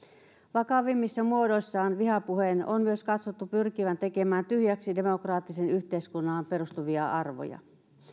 vakavimmissa muodoissaan vihapuheen on myös katsottu pyrkivän tekemään tyhjäksi demokraattisen yhteiskunnan perustavia arvoja